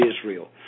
Israel